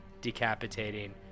decapitating